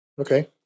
Okay